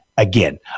Again